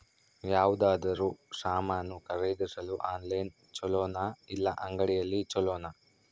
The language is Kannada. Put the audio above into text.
ಯಾವುದಾದರೂ ಸಾಮಾನು ಖರೇದಿಸಲು ಆನ್ಲೈನ್ ಛೊಲೊನಾ ಇಲ್ಲ ಅಂಗಡಿಯಲ್ಲಿ ಛೊಲೊನಾ?